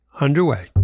underway